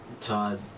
Todd